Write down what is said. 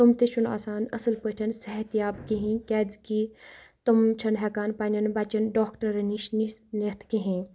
تٕم تہِ چھُ نہٕ آسان اَصٕل پٲٹھۍ صحت یاب کِہیٖنۍ کیٛازِ کہِ تِم چھِ نہٕ ہیٚکان پنٛنیٚن بَچَن ڈاکٹَرَن نِش نِتھ کِہیٖنۍ